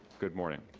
good morning.